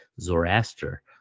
Zoroaster